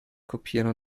kopieren